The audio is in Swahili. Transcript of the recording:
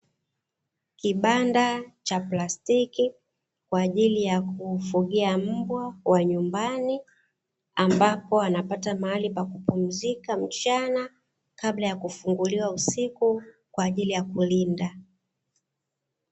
Kibanda cha plastiki kwa ajili ya kufugia mbwa wa nyumbani ambapo anapata mahali pakupumzika mchana kabla ya kufunguliwa usiku kwa ajili ya kulinda.